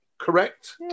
Correct